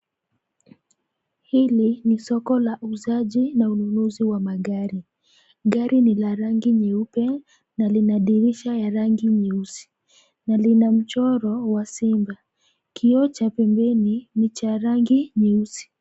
Hili ni soko la uuzaji na ununuzi wa magari. Gari ni la rangi nyeupe, na lina dirisha ya rangi nyeusi, na lina mchoro wa simba. Kioo cha pembeni ni cha rangi nyeusi.